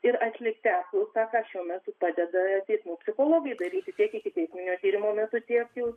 ir atlikti apklausą ką šiuo metu padeda teismų psichologai daryti tiek ikiteisminio tyrimo metu tiek jau